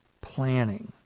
planning